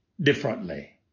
differently